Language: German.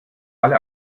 alle